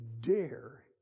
dare